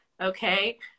okay